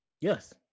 Yes